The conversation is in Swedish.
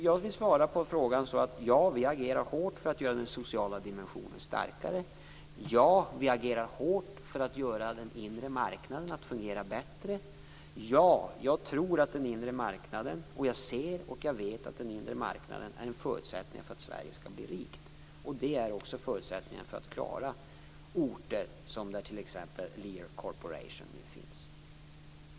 Jag vill svara på frågan: Ja, vi agerar hårt för att göra den sociala dimensionen starkare. Ja, vi agerar hårt för att få den inre marknaden att fungera bättre. Ja, jag tror, ser och vet att den inre marknaden är en förutsättning för att Sverige skall bli rikt. Det är också förutsättningen för att klara sådana orter som där Lear Corporation nu finns.